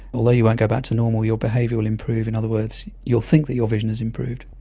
although you won't go back to normal, your behaviour will improve. in other words, you will think that your vision has improved.